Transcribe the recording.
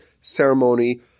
ceremony